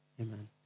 Amen